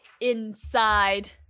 inside